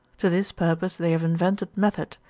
to this purpose they have invented method,